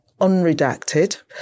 unredacted